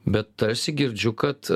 bet tarsi girdžiu kad